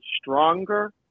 stronger